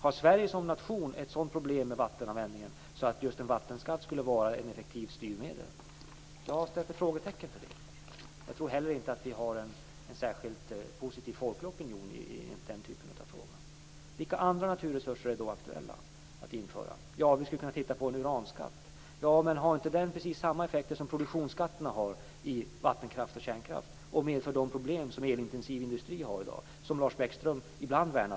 Har Sverige som nation ett sådant problem med vattenanvändningen att just en vattenskatt skulle vara ett effektivt styrmedel? Jag sätter ett frågetecken för det. Jag tror heller inte att vi har en särskilt positiv folklig opinion i den typen av fråga. Vilka andra naturresurser är då aktuella? Vi skulle kunna titta närmare på en uranskatt. Men har inte den precis samma effekter som produktionsskatterna på vattenkraft och kärnkraft har? Medför inte den sådana problem som elintensiv industri har i dag? Lars Bäckström värnar ibland om den.